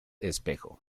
espejo